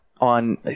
On